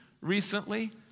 recently